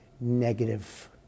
negative